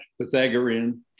Pythagorean